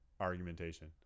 argumentation